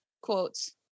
quotes